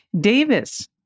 Davis